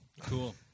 Cool